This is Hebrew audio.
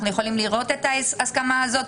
אנחנו יכולים לראות את ההסכמה הזאת,